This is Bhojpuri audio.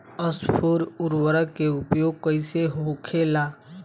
स्फुर उर्वरक के उपयोग कईसे होखेला?